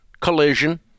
collision